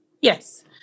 Yes